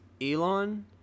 Elon